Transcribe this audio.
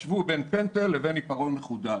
תשוו בין פנטה לבין עיפרון מחודד.